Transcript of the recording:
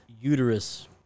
uterus